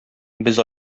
без